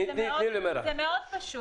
זה מאוד פשוט.